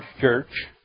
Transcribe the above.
church